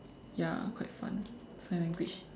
ya quite fun sign language